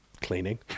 cleaning